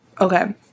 Okay